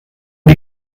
die